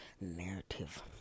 narrative